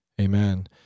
Amen